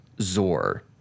Zor